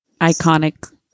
iconic